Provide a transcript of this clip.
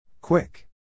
Quick